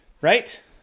right